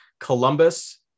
Columbus